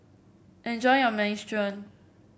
enjoy your Minestrone